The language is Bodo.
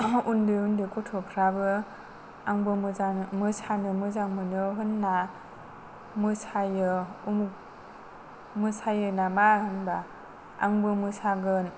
उन्दै उन्दै गथ'फ्राबो आंबो मोसानो मोजां मोनो होनना मोसायो उमुक मोसायो नामा होनबा आंबो मोसागोन